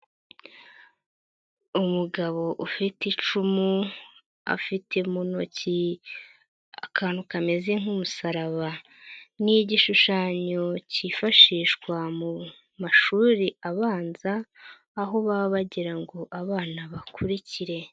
Umugabo ufite icumu, afite mu ntoki akantu kameze nk'umusaraba. Ni igishushanyo kifashishwa mu mashuri abanza, aho baba bagira ngo abana bakurikire.